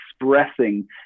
expressing